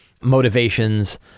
motivations